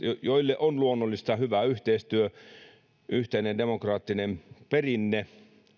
joille on luonnollista hyvä yhteistyö yhteinen demokraattinen perinne